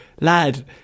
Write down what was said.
lad